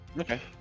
Okay